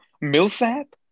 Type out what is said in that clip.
Millsap